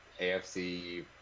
AFC